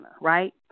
right